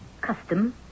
Custom